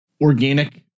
organic